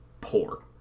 poor